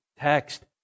text